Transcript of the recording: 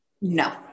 No